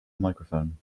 microphone